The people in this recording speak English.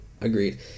Agreed